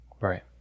Right